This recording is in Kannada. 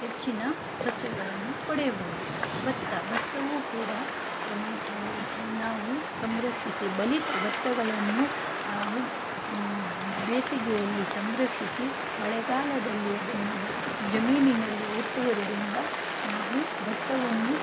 ಹೆಚ್ಚಿನ ಸಸ್ಯಗಳನ್ನು ಪಡೆಯಬಹುದು ಭತ್ತ ಭತ್ತವೂ ಕೂಡ ನಾವು ಸಂರಕ್ಷಿಸಿ ಬಲಿತ ಭತ್ತಗಳನ್ನು ನಾವು ಬೇಸಿಗೆಯಲ್ಲಿ ಸಂರಕ್ಷಿಸಿ ಮಳೆಗಾಲದಲ್ಲಿ ಅದನ್ನು ಜಮೀನಿನಲ್ಲಿ ಉತ್ತುವುದರಿಂದ ನಾವು ಭತ್ತವನ್ನು